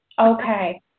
Okay